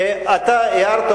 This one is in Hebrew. ואתה הערת,